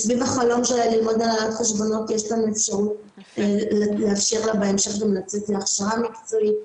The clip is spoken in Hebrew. יש לנו אפשרות בהמשך לצאת להכשרה מקצועית.